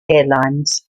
airlines